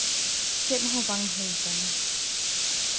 ᱪᱮᱫ ᱦᱚᱸ ᱵᱟᱝ ᱦᱩᱭ ᱠᱟᱱᱟ